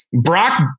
Brock